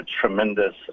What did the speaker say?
tremendous